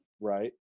Right